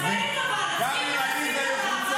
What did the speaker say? כל העניין כאן הוא,